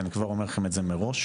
אני כבר אומר לכם את זה מראש.